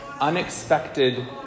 unexpected